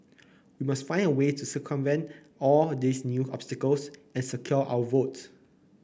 we must find a way to circumvent all these new obstacles and secure our votes